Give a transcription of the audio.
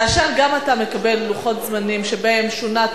כאשר גם אתה מקבל לוחות זמנים שבהם שונה,